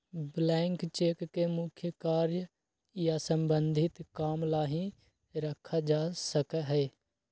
blank cheque के मुख्य कार्य या सम्बन्धित काम ला ही रखा जा सका हई